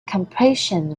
compression